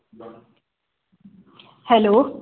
hello